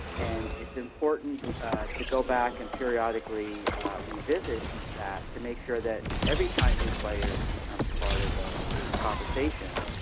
and it's important to go back and periodically revisit that to make sure that every time new players become a part of the conversation